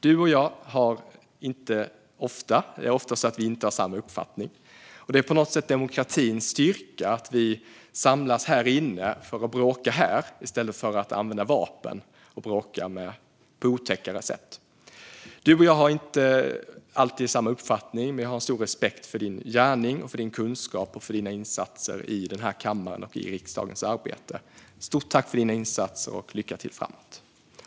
Du och jag har inte ofta samma uppfattning, och det är på något sätt demokratins styrka att vi samlas här inne för att bråka i stället för att använda vapen och bråka på otäckare sätt. Du och jag har som sagt inte alltid samma uppfattning, men jag har stor respekt för din gärning, för din kunskap och för dina insatser här i kammaren och i riksdagens arbete. Stort tack för dina insatser och lycka till framöver!